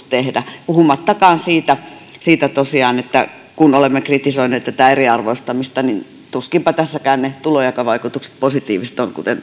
tehdä puhumattakaan tosiaan siitä kun olemme kritisoineet tätä eriarvoistamista että tuskinpa tässäkään ne tulonjakovaikutukset positiiviset ovat kuten